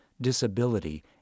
disability